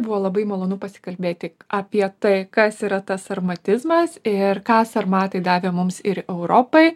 buvo labai malonu pasikalbėti apie tai kas yra tas sarmatizmas ir ką sarmatai davė mums ir europai